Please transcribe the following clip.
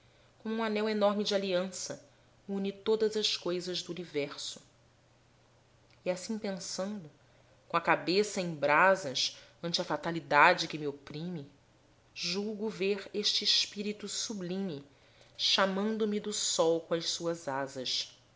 como um anel enorme de aliança une todas as coisas do universo e assim pensando com a cabeça em brasas ante a fatalidade que me oprime julgo ver este espírito sublime chamando me do sol com as suas asas